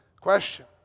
question